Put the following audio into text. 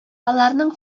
аларның